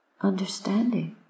understanding